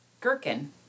gherkin